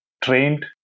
trained